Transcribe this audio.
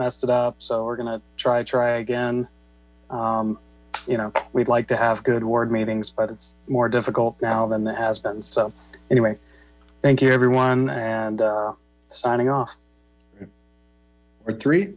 messed it up so we're going to try to try again you know we'd like to have good ward meetings but it's more difficult now than has been so anyway thank you everyone and signing off three